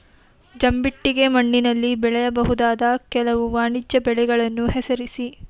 ಜಂಬಿಟ್ಟಿಗೆ ಮಣ್ಣಿನಲ್ಲಿ ಬೆಳೆಯಬಹುದಾದ ಕೆಲವು ವಾಣಿಜ್ಯ ಬೆಳೆಗಳನ್ನು ಹೆಸರಿಸಿ?